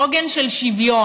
עוגן של שוויון.